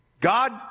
God